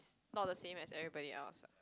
not the same as everybody else